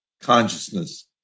consciousness